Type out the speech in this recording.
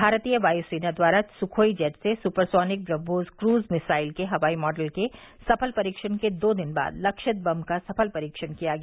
भारतीय वायर्सना द्वारा सुखोई जेट से supersonic BrahMos cruise missile के हवाई मॉडल के सफल परीक्षण के दो दिन बाद लक्षित बम का सफल परीक्षण किया गया